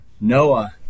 Noah